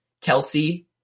Kelsey